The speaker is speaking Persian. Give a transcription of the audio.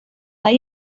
های